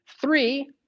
Three